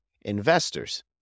investors